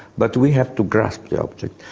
but we have to grasp the object,